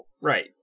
Right